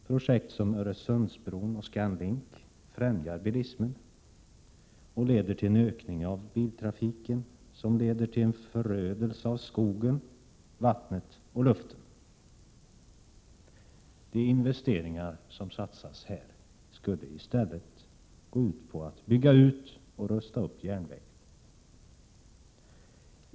Projekt som Öresundsbron och ScanLink främjar bilismen och leder till en ökning av biltrafiken, som leder till förödelse av skogen, vattnet och luften. De investeringar som satsas här skulle i stället kunna gå ut på att bygga ut och rusta upp järnvägen.